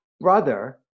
brother